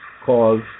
calls